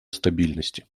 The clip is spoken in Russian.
стабильности